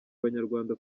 banyarwanda